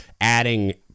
adding